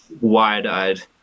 wide-eyed